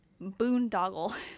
boondoggle